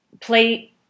play